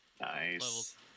Nice